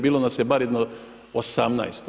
Bilo nas je bar jedno 18.